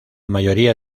mayoría